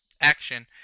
action